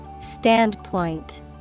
Standpoint